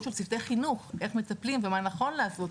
של צוותי חינוך איך מטפלים ומה נכון לעשות.